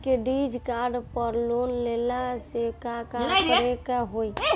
Credit card पर loan लेला से का का करे क होइ?